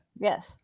Yes